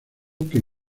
que